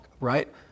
right